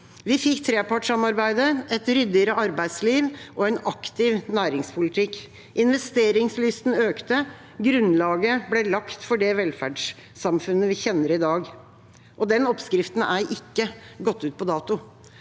Vi fikk trepartssamarbeidet, et ryddigere arbeidsliv og en aktiv næringspolitikk. Investeringslysten økte. Grunnlaget ble lagt for det velferdssamfunnet vi kjenner i dag. Den oppskriften er ikke gått ut på dato.